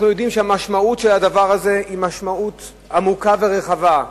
אנחנו יודעים שהמשמעות של הדבר הזה היא משמעות עמוקה ורחבה,